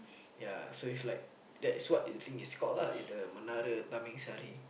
ya so it's like that's what you think it's called ah it's the Menara-Tamingsari